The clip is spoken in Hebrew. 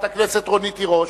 חברת הכנסת רונית תירוש.